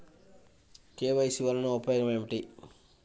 KYC వలన ఉపయోగం ఏమిటీ?